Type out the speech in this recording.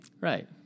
Right